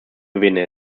gewinne